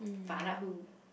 find out who